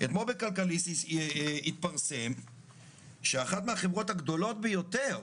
אתמול התפרסם בכלכליסט שאחת החברות הגדולות ביותר,